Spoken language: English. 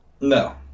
No